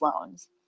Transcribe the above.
loans